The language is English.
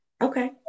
Okay